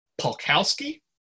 Polkowski